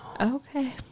Okay